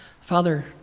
Father